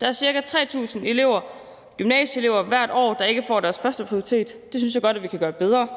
Der er ca. 3.000 gymnasieelever hvert år, der ikke får deres førsteprioritet opfyldt. Det synes jeg godt at vi kan gøre bedre.